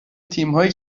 تیمهایی